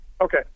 Okay